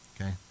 Okay